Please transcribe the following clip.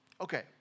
Okay